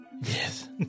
Yes